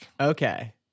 Okay